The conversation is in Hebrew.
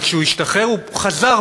וכשהוא השתחרר הוא חזר,